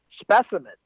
specimen